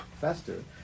fester